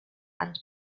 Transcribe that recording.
and